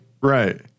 Right